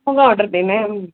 order देना है